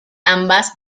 ambas